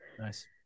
Nice